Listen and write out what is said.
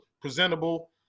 presentable